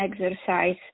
exercise